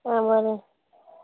आं बरें